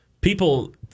People